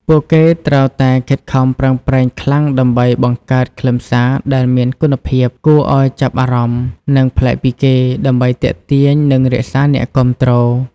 ពួកគេត្រូវតែខិតខំប្រឹងប្រែងខ្លាំងដើម្បីបង្កើតខ្លឹមសារដែលមានគុណភាព គួរឲ្យចាប់អារម្មណ៍ និងប្លែកពីគេ ដើម្បីទាក់ទាញនិងរក្សាអ្នកគាំទ្រ។